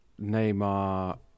Neymar